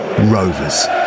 rovers